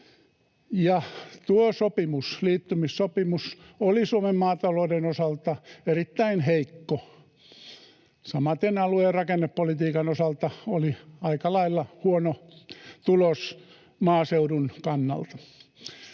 Tuo liittymissopimus oli Suomen maatalouden osalta erittäin heikko, samaten alue- ja rakennepolitiikan osalta tulos oli aika lailla huono maaseudun kannalta.